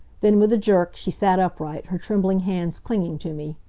then, with a jerk, she sat upright, her trembling hands clinging to me.